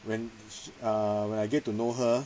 when sh~ err when I get to know her